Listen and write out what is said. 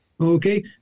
Okay